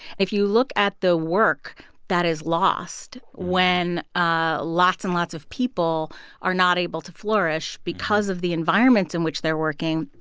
if you look at the work that is lost when ah lots and lots of people are not able to flourish because of the environments in which they're working,